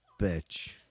bitch